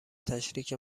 تشریک